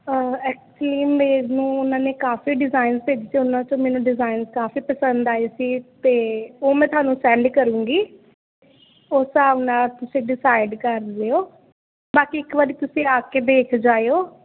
ਅ actually ਮੈਨੂੰ ਉਹਨਾਂ ਨੇ ਕਾਫੀ ਡਿਜ਼ਾਇਨ ਭੇਜੇ ਉਹਨਾਂ 'ਚੋਂ ਮੈਨੂੰ ਡਿਜ਼ਾਇਨ ਕਾਫੀ ਪਸੰਦ ਆਏ ਸੀ ਅਤੇ ਉਹ ਮੈਂ ਤੁਹਾਨੂੰ ਸੈਂਡ ਕਰੂੰਗੀ ਉਸ ਹਿਸਾਬ ਨਾਲ ਤੁਸੀਂ ਡਿਸਾਈਡ ਕਰ ਲਿਓ ਬਾਕੀ ਇੱਕ ਵਾਰੀ ਤੁਸੀਂ ਆ ਕੇ ਦੇਖ ਜਾਇਓ